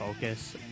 focus